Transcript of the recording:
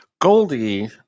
Goldie